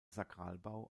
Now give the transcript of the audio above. sakralbau